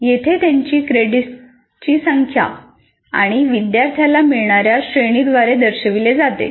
येथे त्यांची क्रेडिट्सची संख्या आणि विद्यार्थ्याला मिळणार्या श्रेणीद्वारे दर्शविले जाते